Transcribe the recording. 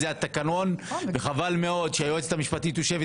זה התקנון וחבל מאוד שהיועצת המשפטית יושבת